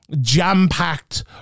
jam-packed